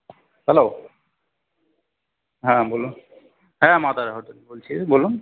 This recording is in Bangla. হ্যালো হ্যাঁ বলুন হ্যাঁ মা তারা হোটেল বলছি বলুন